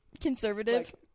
Conservative